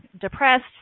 depressed